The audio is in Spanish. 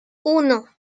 uno